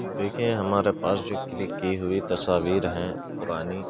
دیکھیں ہمارے پاس جو کلک کی ہوئی تصاویر ہیں پرانی